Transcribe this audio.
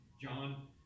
John